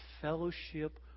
fellowship